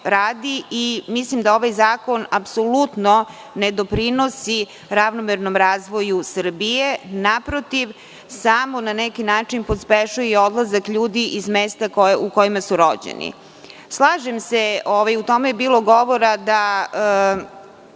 Mislim da ovaj zakon ne doprinosi ravnomernom razvoju Srbije. Naprotiv, samo na neki način pospešuje odlazak ljudi iz mesta u kojima su rođeni. Slažem se, o tome je bilo govora, da